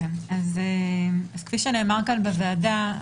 כפי שנאמר כאן בוועדה,